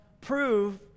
prove